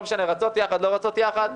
לא משנה אם רצות יחד או לא רצות יחד,